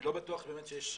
אני לא בטוח שיש צורך.